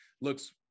looks